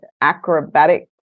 acrobatic